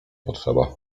potrzeba